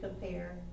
compare